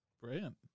Brilliant